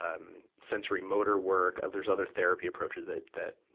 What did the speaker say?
um, sensory motor work, there's other therapy approaches that, that,